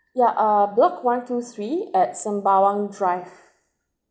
yeah uh block one two three at Sembawang drive